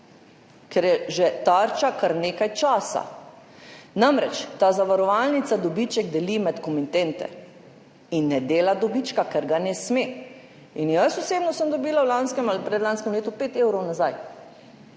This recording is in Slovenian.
Ker je tarča že kar nekaj časa. Namreč, ta zavarovalnica dobiček deli med komitente in ne dela dobička, ker ga ne sme. In jaz osebno sem dobila v lanskem ali predlanskem letu pet evrov nazaj.